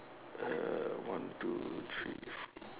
err one two three four